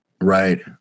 Right